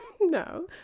No